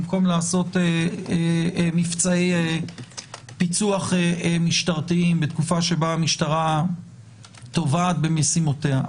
במקום לעשות מבצעי פיצוח משטרה בתקופה שבה המשטרה טובעת במשימותיה.